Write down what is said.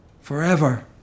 forever